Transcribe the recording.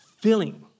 filling